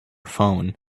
phone